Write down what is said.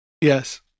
Yes